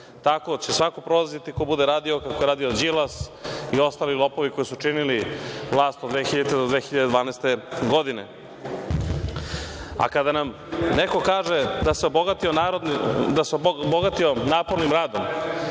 Tako će svako prolaziti ko bude radio kako je radio Đilas i ostali lopovi koji su činili vlast od 2000. godine do 2012. godine. Kada nam neko kaže da se obogatio napornim radom,